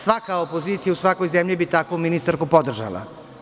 Svaka opozicija u svakoj zemlji bi takvu ministarku podržala.